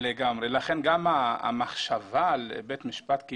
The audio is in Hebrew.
סגן השר לביטחון פנים גדי יברקן: לגמרי.